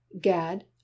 Gad